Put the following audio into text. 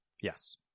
Yes